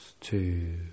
Two